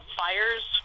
fires